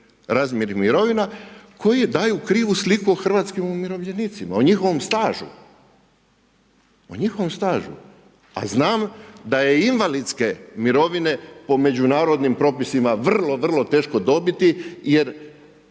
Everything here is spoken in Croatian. razmjernih mirovina koje daju krivu sliku o hrvatskim umirovljenicima, o njihovom stažu. A znam da je i invalidske mirovine po međunarodnim propisima vrlo, vrlo teško dobiti jer